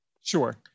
sure